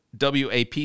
WAP